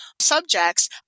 subjects